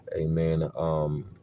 Amen